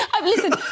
Listen